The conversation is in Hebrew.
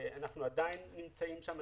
אנחנו עדיין נמצאים שם,